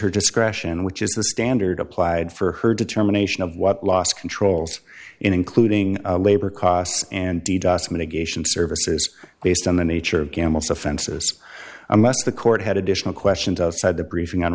her discretion which is the standard applied for her determination of what loss controls including labor costs and d das mitigation services based on the nature of gambles offenses unless the court had additional questions outside the briefing on